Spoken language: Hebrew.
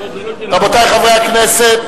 רבותי חברי הכנסת.